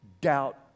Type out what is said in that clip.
doubt